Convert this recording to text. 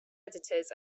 editors